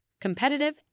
competitive